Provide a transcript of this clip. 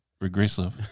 regressive